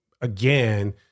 again